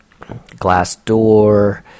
Glassdoor